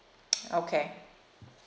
okay